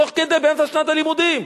תוך כדי, באמצע שנת הלימודים.